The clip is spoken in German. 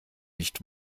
nicht